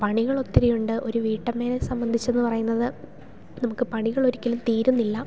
പണികൾ ഒത്തിരി ഉണ്ട് ഒരു വീട്ടമ്മയെ സംബന്ധിച്ചെന്നു പറയുന്നത് നമുക്ക് പണികൾ ഒരിക്കലും തീരുന്നില്ല